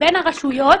לבין הרשויות